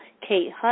Kate